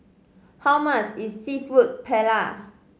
how much is Seafood Paella